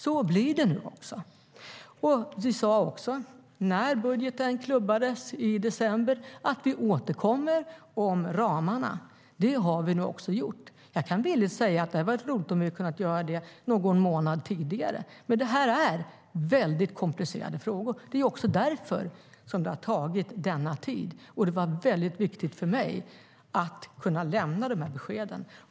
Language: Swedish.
Så blir det nu också. När budgeten klubbades i december sade att vi skulle återkomma om ramarna, och det har vi nu gjort. Jag kan villigt säga att det hade varit roligt om vi kunnat göra det någon månad tidigare. Men det är väldigt komplicerade frågor, och det är också därför som det har tagit denna tid. Det var väldigt viktigt för mig att kunna lämna dessa besked.